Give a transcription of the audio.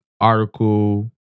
article